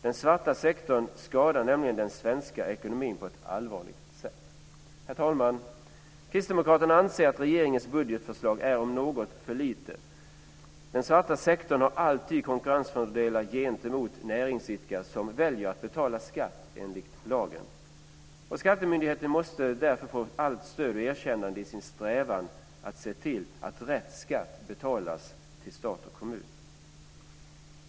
Den svarta sektorn skadar nämligen den svenska ekonomin på ett allvarligt sätt. Herr talman! Kristdemokraterna anser att regeringens budgetförslag är något för litet. Den svarta sektorn har alltid konkurrensfördelar gentemot näringsidkare som väljer att betala skatt enligt lagen. Skattemyndigheterna måste därför få stöd och erkännande i sin strävan efter att se till att rätt skatt betalas till stat och kommun.